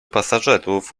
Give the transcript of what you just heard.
pasażerów